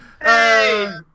Hey